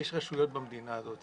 יש רשויות במדינה הזאת.